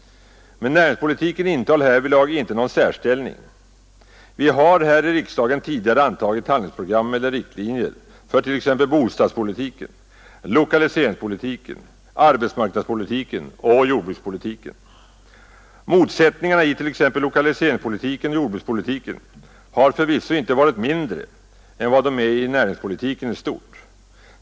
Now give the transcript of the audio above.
Men näringspolitiken intar härvidlag inte någon särställning. Vi har här i riksdagen tidigare antagit handlingsprogram eller riktlinjer för t.ex. bostadspolitiken, lokaliseringspolitiken, arbetsmarknadspolitiken och jordbrukspolitiken. Motsättningarna i t.ex. lokaliseringspolitiken och jordbrukspolitiken har förvisso inte varit mindre än vad de är i näringspolitiken i stort.